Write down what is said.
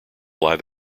live